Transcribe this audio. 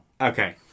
Okay